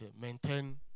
maintain